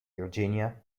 virginia